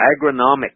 agronomic